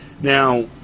Now